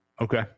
Okay